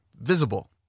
visible